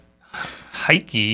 Heike